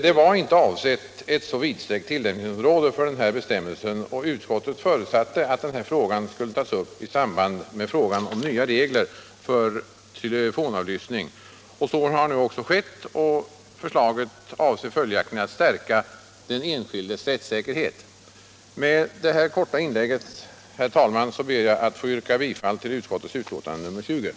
Det var inte avsett att ge ett så vidsträckt tillämpningsområde åt den här bestämmelsen, och utskottet förutsatte att denna fråga skulle tas upp i samband med frågan om nya regler för telefonavlyssning. Så har nu också skett och förslaget avser följaktligen att stärka den enskildes rättssäkerhet. Med detta korta inlägg, herr talman, ber jag att få yrka bifall till utskottets hemställan.